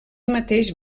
mateix